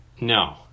No